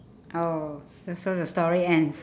oh and so the story ends